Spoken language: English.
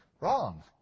Wrong